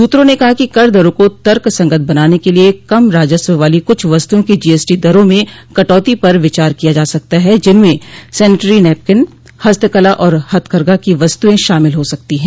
सूत्रों ने कहा है कि कर दरों को तर्क संगत बनाने के लिए कम राजस्व वाली कुछ वस्तुओं की जीएसटी दरों में कटौती पर विचार किया जा सकता है जिनमें सेनेट्री नैपकिन हस्तकला और हथकरघा की वस्तुएं शामिल हो सकती हैं